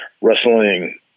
wrestling